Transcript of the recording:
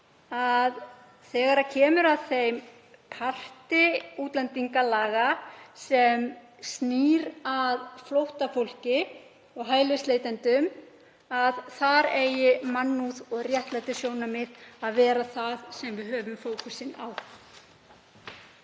því þegar kemur að þeim parti útlendingalaga sem snýr að flóttafólki og hælisleitendum að þar eigi mannúðar- og réttlætissjónarmið að vera það sem við höfum fókusinn á.